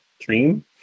Dream